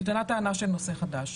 נטענה טענה של נושא חדש.